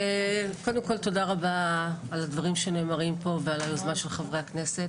קודם כל תודה רבה על הדברים שנאמרים פה ועל היוזמה של חברי הכנסת.